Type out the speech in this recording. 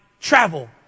travel